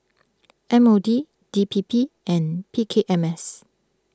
M O D D P P and P K M S